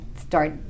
start